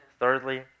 Thirdly